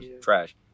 Trash